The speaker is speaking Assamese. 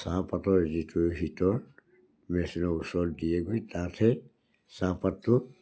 চাহপাতৰ যিটো হীটৰ মেচিনৰ ওচৰত দিয়েগৈ তাতে চাহপাতটো